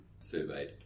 surveyed